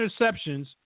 interceptions